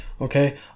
Okay